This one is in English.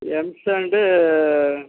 M sand